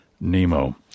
Nemo